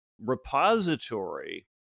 repository